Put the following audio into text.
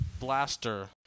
Blaster